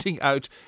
out